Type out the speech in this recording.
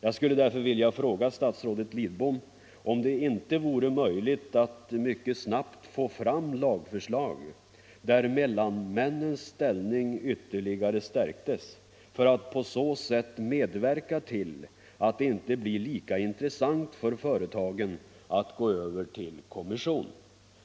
Jag skulle därför vilja fråga statsrådet Lidbom om det inte vore möjligt att mycket snabbt få fram ett lagförslag som innebar att mellanmännens ställning ytterligare stärktes. På så sätt skulle man kunna se till att det inte blev så intressant för företagen att gå över till kommission.